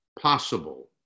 possible